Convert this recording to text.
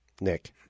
Nick